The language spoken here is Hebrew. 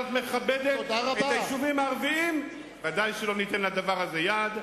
ודאי לא ניתן לדבר הזה יד.